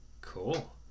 cool